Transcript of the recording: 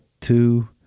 two